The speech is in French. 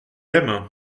aime